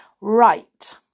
right